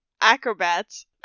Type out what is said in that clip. acrobats